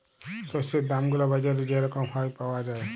শস্যের দাম গুলা বাজারে যে রকম হ্যয় পাউয়া যায়